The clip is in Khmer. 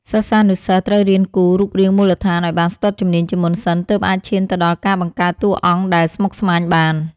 សិស្សានុសិស្សត្រូវរៀនគូររូបរាងមូលដ្ឋានឱ្យបានស្ទាត់ជំនាញជាមុនសិន ទើបអាចឈានទៅដល់ការបង្កើតតួអង្គដែលស្មុគស្មាញបាន។